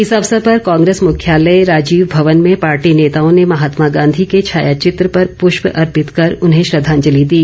इस अवसर पर कांग्रेस मुख्यालय राजीव भवन में पार्टी नेताओं ने महात्मा गांधी के छायाचित्र पर पुष्प अर्पित कर उन्हें श्रद्धांजलि दी